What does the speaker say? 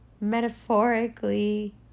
metaphorically